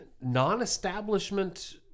non-establishment